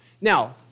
Now